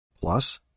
Plus